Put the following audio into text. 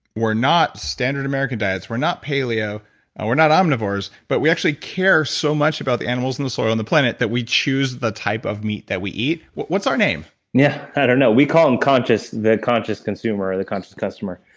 we're not standard american diets we're not paleo and we're not omnivores, but we actually care so much about the animals and the soil and the planet that we choose the type of meat that we eat. what's our name? yeah, i don't know. we call and them conscious consumer, or the conscious customer.